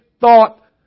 thought